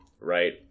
right